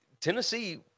Tennessee